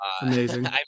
amazing